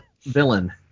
villain